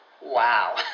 wow